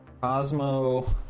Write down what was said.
Cosmo